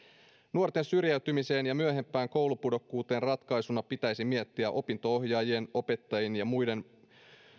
nuorten syrjäytymiseen ja myöhempään koulupudokkuuteen pitäisi miettiä opinto ohjaajien opettajien ja muiden